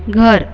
घर